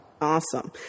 Awesome